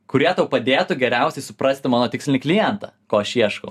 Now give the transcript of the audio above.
kurie tau padėtų geriausiai suprasti mano tikslinį klientą ko aš ieškau